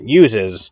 uses